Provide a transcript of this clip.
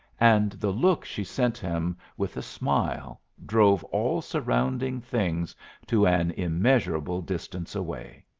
and the look she sent him with a smile drove all surrounding things to an immeasurable distance away.